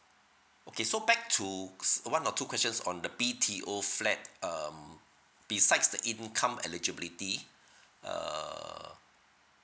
okay so back to s~ one or two questions on the B_T_O flat um besides the income eligibility uh